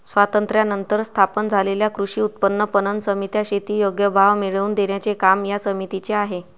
स्वातंत्र्यानंतर स्थापन झालेल्या कृषी उत्पन्न पणन समित्या, शेती योग्य भाव मिळवून देण्याचे काम या समितीचे आहे